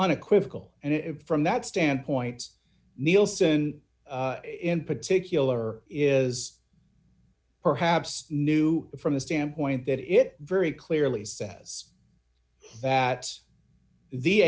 unequivocal and it from that standpoint nielsen in particular is perhaps new from the standpoint that it very clearly says that the